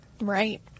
Right